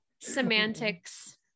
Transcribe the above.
Semantics